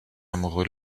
amoureux